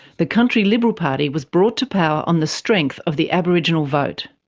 the country liberal party was brought to power on the strength of the aboriginal vote.